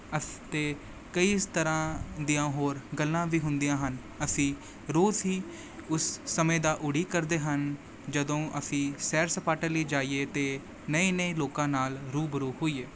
ਅਸੀਂ ਅਤੇ ਕਈ ਇਸ ਤਰ੍ਹਾਂ ਦੀਆਂ ਹੋਰ ਗੱਲਾਂ ਵੀ ਹੁੰਦੀਆਂ ਹਨ ਅਸੀਂ ਰੋਜ਼ ਹੀ ਉਸ ਸਮੇਂ ਦਾ ਉਡੀਕ ਕਰਦੇ ਹਨ ਜਦੋਂ ਅਸੀਂ ਸੈਰ ਸਪਾਟਾ ਲਈ ਜਾਈਏ ਅਤੇ ਨਵੇਂ ਨਵੇਂ ਲੋਕਾਂ ਨਾਲ ਰੂਬਰੂ ਹੋਈਏ